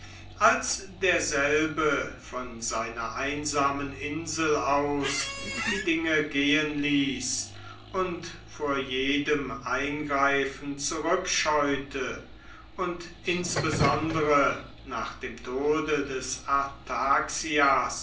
als derselbe von seiner einsamen insel aus die dinge gehen ließ und vor jedem eingreifen zurückscheute und insbesondere nach dem tode des